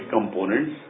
components